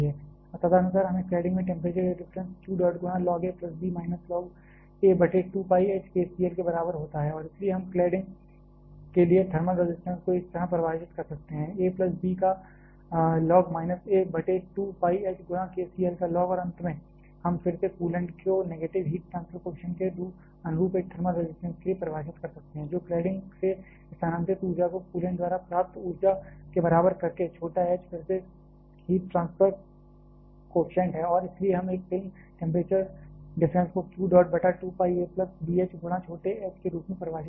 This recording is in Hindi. और तदनुसार हमें क्लैडिंग में टेंपरेचर डिफरेंस q डॉट गुणा log a plus b minus log a बटे 2 pi H k c l के बराबर होता है और इसलिए हम क्लैडिंग के लिए थर्मल रजिस्टेंस को इस तरह परिभाषित कर सकते हैं a प्लस b का log माइनस a बटे 2 pi H गुणा k c l का log और अंत में हम फिर से कूलेंट को कन्वेटिव हीट ट्रांसफर के अनुरूप एक थर्मल रजिस्टेंस के लिए परिभाषित कर सकते हैं जो क्लैडिंग से स्थानांतरित ऊर्जा को कूलेंट द्वारा प्राप्त ऊर्जा के बराबर करके छोटा h फिर से हीट ट्रांसफर कॉएफिशिएंट है और इसलिए हम एक फिल्म टेंपरेचर डिफरेंस को q डॉट बटा 2 pi a plus b H गुणा छोटे h के रूप में परिभाषित कर सकते हैं